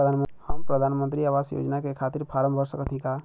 हम प्रधान मंत्री आवास योजना के खातिर फारम भर सकत हयी का?